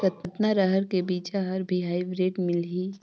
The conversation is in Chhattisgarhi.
कतना रहर के बीजा हर भी हाईब्रिड मिलही?